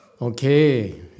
Okay